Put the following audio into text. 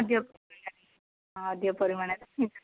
ଅଧିକ ପରିମାଣରେ ହଁ ଅଧିକ ପରିମାଣରେ